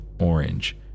orange